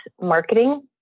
marketing